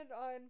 on